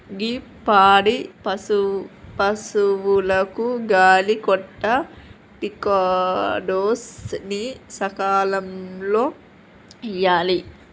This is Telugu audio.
గీ పాడి పసువులకు గాలి కొంటా టికాడోస్ ని సకాలంలో ఇయ్యాలి